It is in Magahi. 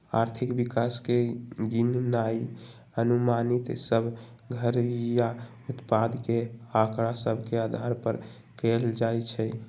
आर्थिक विकास के गिननाइ अनुमानित सभ घरइया उत्पाद के आकड़ा सभ के अधार पर कएल जाइ छइ